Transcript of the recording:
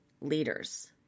leaders